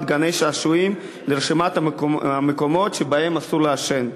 גני-שעשועים לרשימת המקומות שבהם אסור לעשן.